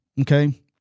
okay